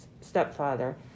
stepfather